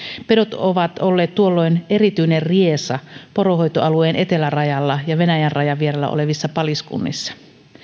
pedot ovat olleet tuolloin erityinen riesa poronhoitoalueen etelärajalla ja venäjän rajan vierellä olevissa paliskunnissa